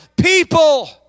people